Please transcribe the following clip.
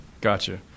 gotcha